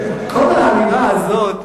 כל האמירה הזאת,